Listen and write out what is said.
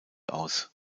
aus